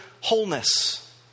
wholeness